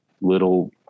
little